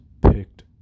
picked